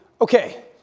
okay